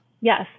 yes